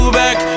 back